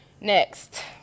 Next